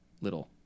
little